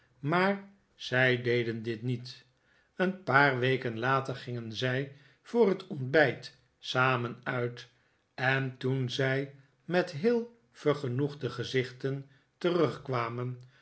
maar zij deden dit niet een paar weken later gingen zij voor het ontbijt sarnen uit en toen zij met heel vergenoegde gezichten terugkwamen